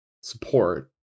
support